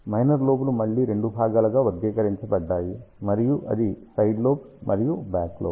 minor లోబ్లు మళ్లీ రెండు భాగాలుగా వర్గీకరించబడ్డాయి మరియు అది సైడ్ లోబ్స్ మరియు బ్యాక్ లోబ్